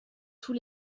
tous